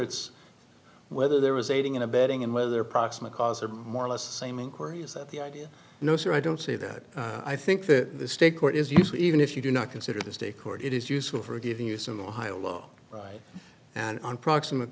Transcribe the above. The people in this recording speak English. it's whether there was aiding and abetting and whether proximate cause are more or less the same inquiry is that the idea no sir i don't say that i think that the state court is even if you do not consider the state court it is useful for giving you some ohio law right and on proximate